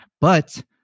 But-